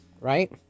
right